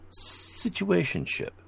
situationship